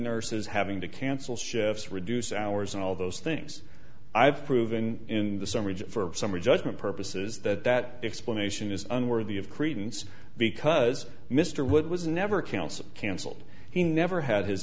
nurses having to cancel shifts reduce hours and all those things i've proven in the summer for summary judgment purposes that that explanation is unworthy of credence because mr wood was never counsel cancelled he never had his